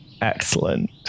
Excellent